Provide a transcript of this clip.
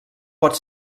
pot